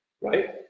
right